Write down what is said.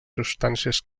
substàncies